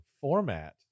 format